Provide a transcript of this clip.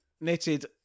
knitted